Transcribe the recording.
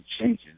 changes